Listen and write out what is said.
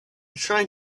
trying